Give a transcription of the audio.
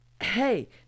Hey